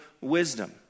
wisdom